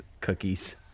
cookies